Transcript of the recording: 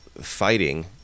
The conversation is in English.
fighting